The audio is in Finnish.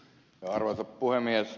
arvoisa puhemies